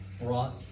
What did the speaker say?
brought